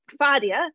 fadia